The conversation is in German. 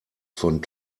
von